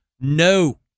No